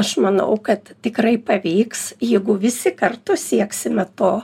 aš manau kad tikrai pavyks jeigu visi kartu sieksime to